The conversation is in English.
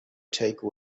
take